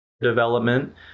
development